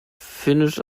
finnisch